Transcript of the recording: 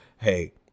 Hey